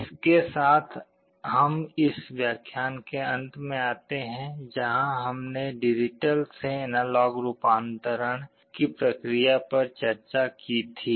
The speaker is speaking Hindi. इसके साथ हम इस व्याख्यान के अंत में आते हैं जहाँ हमने डिजिटल से एनालॉग रूपांतरण की प्रक्रिया पर चर्चा की थी